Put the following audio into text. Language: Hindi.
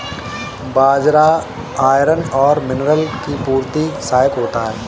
बाजरा आयरन और मिनरल की पूर्ति में सहायक होता है